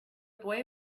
boy